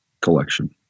collection